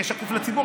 תהיה שקופה לציבור.